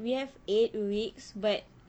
we have eight weeks but